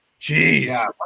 Jeez